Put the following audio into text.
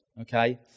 Okay